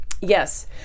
Yes